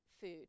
food